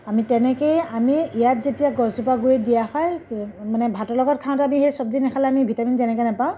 আমি তেনেকেই আমি ইয়াত যেতিয়া গছজোপা গুৰিত দিয়া হয় মানে ভাতৰ লগত খাওঁতে আমি সেই চব্জি নাখালে আমি ভিটামিন যেনেকৈ নাপাওঁ